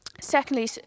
Secondly